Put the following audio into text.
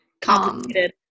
Complicated